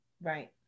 Right